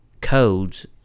codes